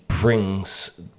brings